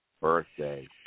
birthday